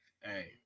Hey